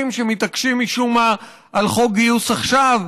שמתעקשים משום מה על חוק גיוס עכשיו,